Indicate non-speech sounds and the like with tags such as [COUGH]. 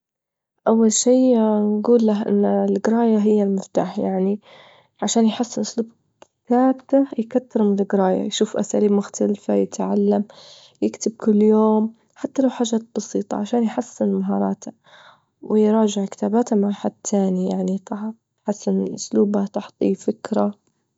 أول شي [HESITATION] نجول له إن الجراية هي المفتاح، يعني عشان يحسن أسلوب كتابته يكتر من الجراية، يشوف أساليب مختلفة، يتعلم، يكتب كل يوم حتى لو حاجات بسيطة عشان يحسن مهاراته، ويراجع كتاباته مع حد تاني، يعني ت- تحسن أسلوبه، تعطيه فكرة. [NOISE]